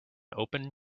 open